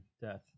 death